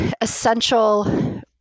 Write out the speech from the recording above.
essential